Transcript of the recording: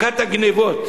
מכת הגנבות